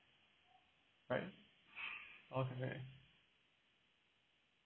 right okay